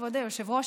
כבוד היושב-ראש,